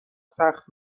سخت